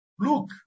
Look